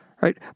Right